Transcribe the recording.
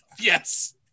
Yes